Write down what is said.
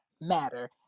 matter